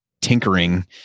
tinkering